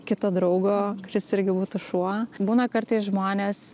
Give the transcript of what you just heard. kito draugo kuris irgi būtų šuo būna kartais žmonės